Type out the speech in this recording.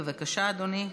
בבקשה, אדוני.